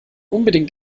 unbedingt